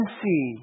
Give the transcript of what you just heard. see